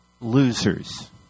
losers